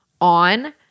on